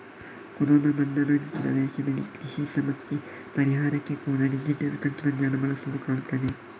corona ಬಂದ ನಂತ್ರ ದೇಶದಲ್ಲಿ ಕೃಷಿ ಸಮಸ್ಯೆ ಪರಿಹಾರಕ್ಕೆ ಕೂಡಾ ಡಿಜಿಟಲ್ ತಂತ್ರಜ್ಞಾನ ಬಳಸುದು ಕಾಣ್ತದೆ